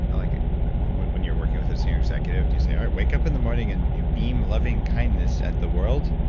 like when you're working with a senior executive, do you say all right, wake up in the morning and beam loving-kindness at the world?